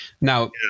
Now